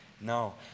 No